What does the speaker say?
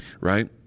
right